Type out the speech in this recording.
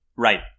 right